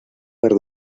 par